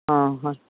ꯑꯥ ꯍꯣꯏ